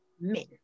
Men